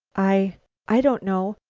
i i don't know.